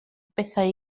bethau